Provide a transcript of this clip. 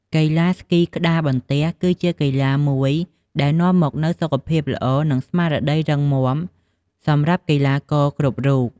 កីឡាស្គីក្ដារបន្ទះ គឺជាកីឡាមួយដែលនាំមកនូវសុខភាពល្អ និង ស្មារតីរឹងមាំសម្រាប់កីឡាករគ្រប់រូប។